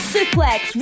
Suplex